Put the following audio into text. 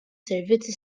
servizzi